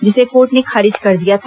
जिसे कोर्ट ने खारिज कर दिया था